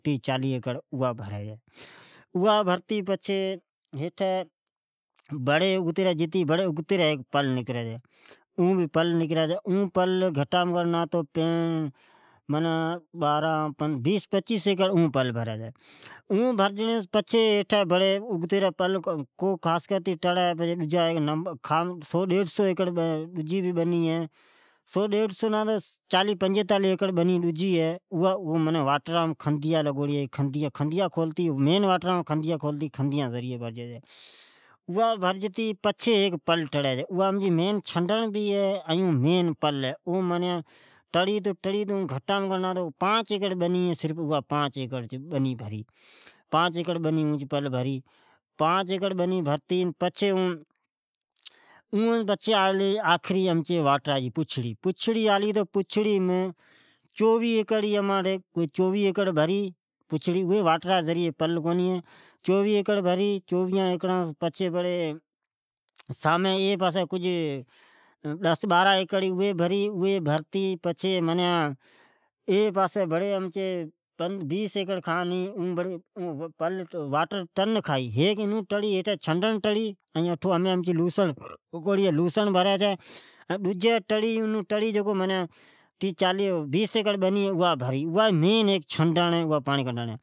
اوا بنی بھری چھی پچھے اگتی جا چھے اگتے ھیک ڈجی پل نکری چھی اون بھے بیس پچیس ایکڑ بھری چھے ۔ پچھے اگھتا جکو بنی ھی چالی ایکر اوا مین واٹرام کھدیا کتے بنی بھروی چھے ۔ اوس پچھے ھیک ڈجئ پل ٹڑی چھی جکو چھنڈڑ بھے ھے این پانچ ایکڑ بنی بھری بس ۔ اوس پچھے اگتے ایکے ایکڑ بنی بھری اوجہی پسیم ڈزسز بارا ایکڑ ھے اوا بھری اوس نیچئ بیس ایکڑ ھی اوا بھر جٹھے ھیمن امچی لاسڑ پوکھڑی ھی این اون مین چھنڈڑھی